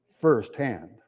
firsthand